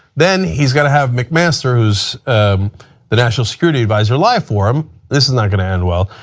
then he is going to have mcmaster who is the national security advisor life for him, this is not going to end well.